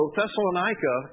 Thessalonica